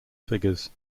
figures